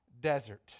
desert